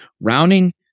Rounding